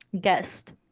guest